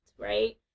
Right